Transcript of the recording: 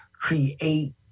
create